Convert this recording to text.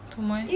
做什么 leh